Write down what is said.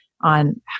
on